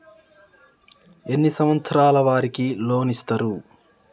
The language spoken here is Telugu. ఎన్ని సంవత్సరాల వారికి లోన్ ఇస్తరు?